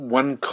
one